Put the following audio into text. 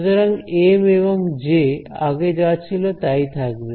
সুতরাং এম এবং জে আগে যা ছিল তাই থাকবে